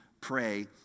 pray